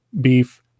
beef